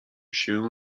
się